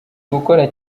gukora